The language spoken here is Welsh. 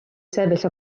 sefyll